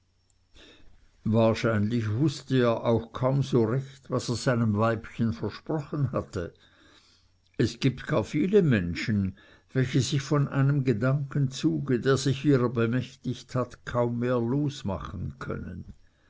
wahrscheinlich wußte er auch kaum so recht was er seinem weibchen versprochen hatte es gibt gar viele menschen welche sich von einem gedankenzuge der sich ihrer bemächtigt hat kaum mehr losmachen können